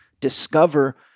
discover